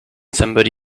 somebody